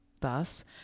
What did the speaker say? Thus